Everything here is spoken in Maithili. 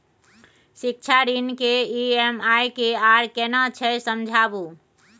शिक्षा ऋण के ई.एम.आई की आर केना छै समझाबू?